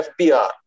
FPR